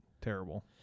terrible